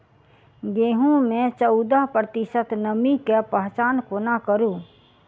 गेंहूँ मे चौदह प्रतिशत नमी केँ पहचान कोना करू?